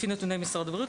לפי נתוני משרד הבריאות,